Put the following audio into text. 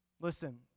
Listen